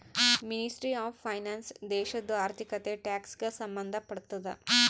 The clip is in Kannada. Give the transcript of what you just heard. ಮಿನಿಸ್ಟ್ರಿ ಆಫ್ ಫೈನಾನ್ಸ್ ದೇಶದು ಆರ್ಥಿಕತೆ, ಟ್ಯಾಕ್ಸ್ ಗ ಸಂಭಂದ್ ಪಡ್ತುದ